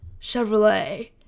Chevrolet